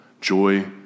Joy